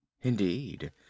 Indeed